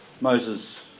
Moses